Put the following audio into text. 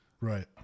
Right